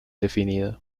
definida